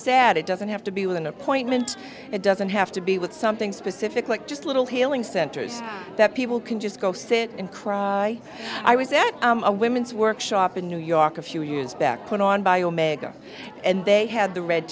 sad it doesn't have to be with an appointment it doesn't have to be with something specific like just little healing centers that people can just go sit and cry i was at a women's workshop in new york a few years back put on by omega and they had the red